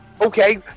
Okay